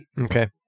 Okay